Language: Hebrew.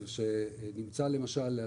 למשל,